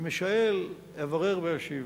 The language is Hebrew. אם אשאל, אברר ואשיב.